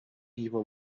evil